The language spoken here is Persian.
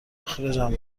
اخراجم